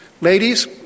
Ladies